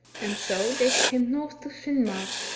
and so they came north to finnmark,